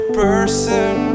person